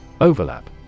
Overlap